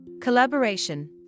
Collaboration